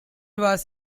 was